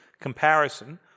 comparison